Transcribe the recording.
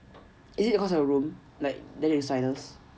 is it cause your room so you sinus